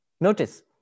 Notice